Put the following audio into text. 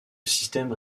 système